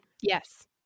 Yes